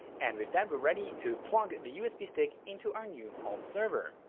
and with that we're ready to plug the usb stick into our new home server.